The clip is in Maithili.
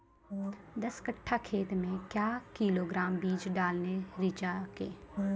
दस कट्ठा खेत मे क्या किलोग्राम बीज डालने रिचा के?